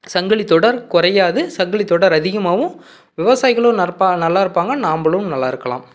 சங்கிலித் தொடர் குறையாது சங்கிலித் தொடர் அதிகமாகவும் விவசாயிகளும் நற்பா நல்லாருப்பாங்கள் நாம்பளும் நல்லாருக்கலாம்